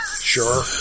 sure